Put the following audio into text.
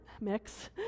mix